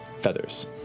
feathers